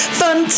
fun